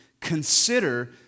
consider